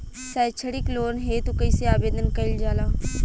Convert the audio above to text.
सैक्षणिक लोन हेतु कइसे आवेदन कइल जाला?